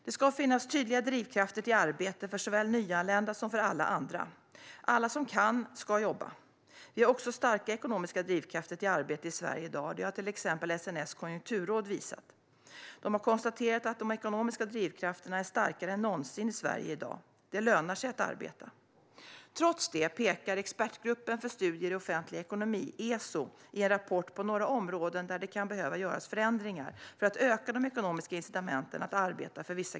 Det ska finnas tydliga drivkrafter till arbete för såväl nyanlända som för alla andra. Alla som kan ska jobba. Vi har också starka ekonomiska drivkrafter till arbete i Sverige i dag - det har till exempel SNS konjunkturråd visat. De har konstaterat att de ekonomiska drivkrafterna är starkare än någonsin i Sverige i dag. Det lönar sig att arbeta. Trots detta pekar Expertgruppen för studier i offentlig ekonomi, ESO, i en rapport på några områden där det kan behöva göras förändringar för att öka vissa gruppers ekonomiska incitament att arbeta.